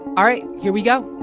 all right, here we go